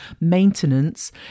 maintenance